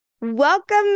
Welcome